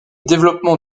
développement